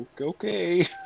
okay